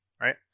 right